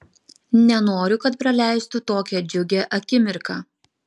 nenoriu kad praleistų tokią džiugią akimirką